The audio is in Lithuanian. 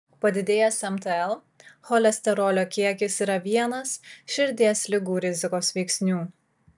padidėjęs mtl cholesterolio kiekis yra vienas širdies ligų rizikos veiksnių